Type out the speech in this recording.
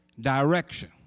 direction